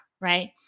Right